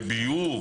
לביוב,